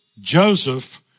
Joseph